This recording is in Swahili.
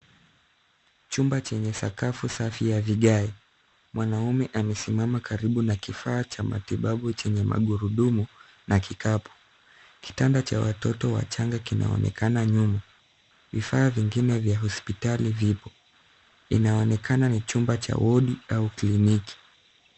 Chumba chenye sakafu safi ya vigae, mwanaume amesimama karibu na kifaa cha matibabu chenye magurudumu, na kikapu. Kitanda cha watoto wachanga kinaonekana nyuma. Vifaa vingine vya hospitali vipo, inaonekana ni chumba cha wodi, au kliniki.